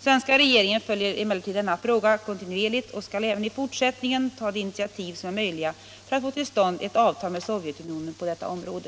Svenska regeringen följer emellertid denna fråga kontinuerligt och skall även i fortsättningen ta de initiativ som är möjliga för att få till stånd ett avtal med Sovjetunionen på detta område.